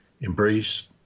embrace